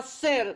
חסר,